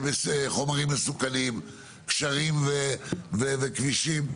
חומרים מסוכנים, גשרים וכבישים.